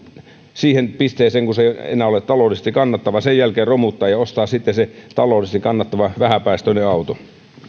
siihen pisteeseen kun se ei enää ole taloudellisesti kannattavaa sen jälkeen romuttaa ja ostaa sitten se taloudellisesti kannattava vähäpäästöinen auto